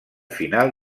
final